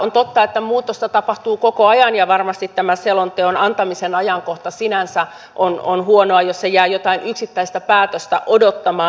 on totta että muutosta tapahtuu koko ajan ja varmasti tämän selonteon antamisen ajankohta sinänsä on huono jos se jää jotain yksittäistä päätöstä odottamaan